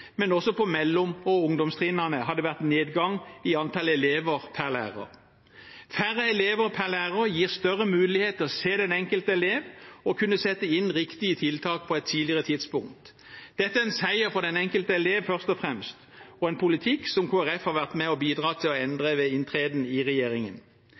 men også på mellom- og ungdomstrinnene har det vært nedgang i antall elever per lærer. Færre elever per lærer gir større mulighet til å se den enkelte elev og kunne sette inn riktige tiltak på et tidligere tidspunkt. Dette er først og fremst en seier for den enkelte elev og en politikk som Kristelig Folkeparti har vært med på å bidra til å endre ved inntreden i regjeringen.